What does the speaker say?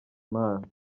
imana